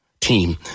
team